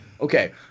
Okay